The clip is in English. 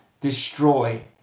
destroy